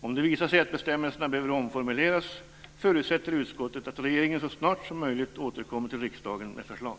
Om det visar sig att bestämmelserna behöver omformuleras förutsätter utskottet att regeringen så snart som möjligt återkommer till riksdagen med förslag.